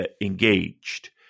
engaged